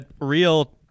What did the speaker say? real